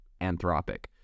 Anthropic